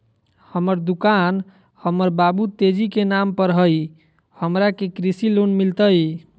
हमर दुकान हमर बाबु तेजी के नाम पर हई, हमरा के कृषि लोन मिलतई?